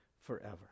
forever